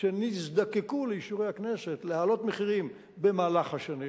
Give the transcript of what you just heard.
כשנזדקקו לאישורי הכנסת להעלות מחירים במהלך השנים,